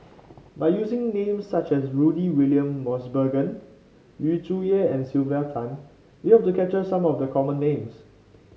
by using names such as Rudy William Mosbergen Yu Zhuye and Sylvia Tan we hope to capture some of the common names